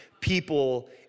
people